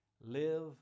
Live